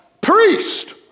priest